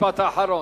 משפט אחרון.